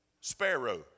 Sparrow